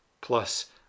plus